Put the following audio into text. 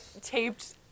taped